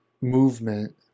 movement